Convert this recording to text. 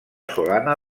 solana